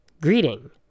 greeting